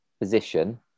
position